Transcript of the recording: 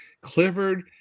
Clifford